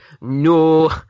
no